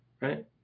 Right